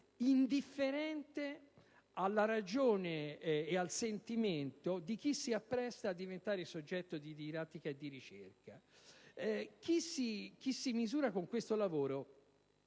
indifferente alla ragione e al sentimento di chi si appresta a diventare soggetto di didattica e di ricerca. Chi si misura con questo lavoro